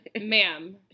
Ma'am